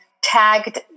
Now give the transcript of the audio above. tagged